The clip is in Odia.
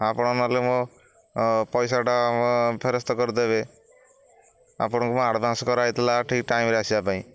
ଆପଣ ନହେଲେ ମୋ ପଇସାଟା ଫେରସ୍ତ କରିଦେବେ ଆପଣଙ୍କୁ ମୁଁ ଆଡ଼ଭାନ୍ସ କରାହେଇଥିଲା ଠିକ ଟାଇମରେ ଆସିବା ପାଇଁ